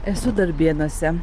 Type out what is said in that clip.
esu darbėnuose